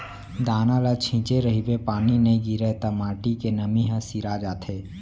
दाना ल छिंचे रहिबे पानी नइ गिरय त माटी के नमी ह सिरा जाथे